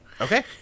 Okay